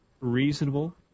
reasonable